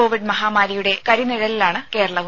Covid മഹാമാരിയുടെ കരിനിഴലിലാണ് കേരളവും